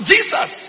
Jesus